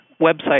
website